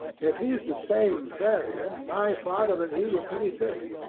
if he's the same ferrier, my father and he were pretty thick.